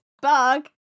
bug